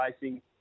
racing